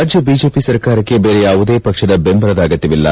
ರಾಜ್ಞ ಬಿಜೆಪಿ ಸರ್ಕಾರಕ್ಷೆ ಬೇರೆ ಯಾವುದೇ ಪಕ್ಷದ ಬೆಂಬಲದ ಅಗತ್ನವಿಲ್ಲ